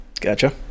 Gotcha